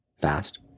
fast